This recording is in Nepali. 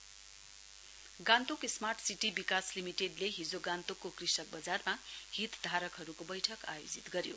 smart city Gangtok smart city बिकास लिमिटेडले हिजो गान्तोकको कृषक बजारमा हितधारकहरुको बैठक आयोजित गर्यो